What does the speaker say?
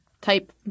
type